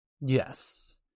Yes